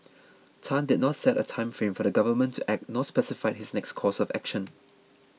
Tan did not set a time frame for the government to act nor specified his next course of action